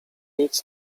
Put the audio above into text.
nic